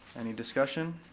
any discussion?